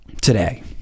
Today